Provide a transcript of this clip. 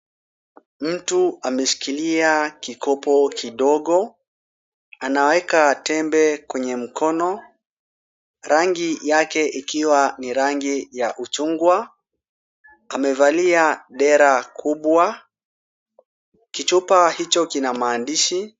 Mtu ameshikilia kikopo kidogo. Anaweka tembe kwenye mkono. Rangi yake ikiwa ni rangi ya uchungwa. Amevalia dera kubwa. Kichupa hicho kina maandishi.